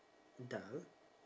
dull